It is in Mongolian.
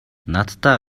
надтай